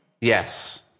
Yes